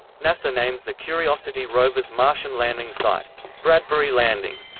nasa names the curiosity rover's martian landing site bradbury landing,